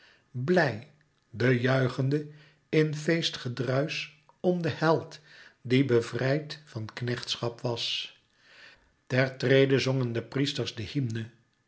duizenden blijde juichende in feestgedruisch om den held die bevrijd van knechtschap was ter trede zongen de priesters de hymne